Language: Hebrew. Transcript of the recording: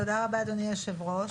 תודה רבה, אדוני היושב-ראש,